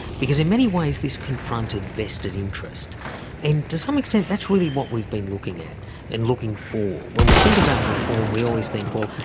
because in many ways this confronted vested interest and to some extent that's really what we've been looking at and looking for. when we think about reform we always think, well,